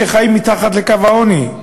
שחיים מתחת לקו העוני.